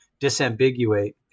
disambiguate